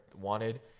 wanted—